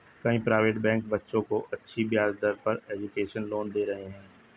कई private bank बच्चों को अच्छी ब्याज दर पर एजुकेशन लोन दे रहे है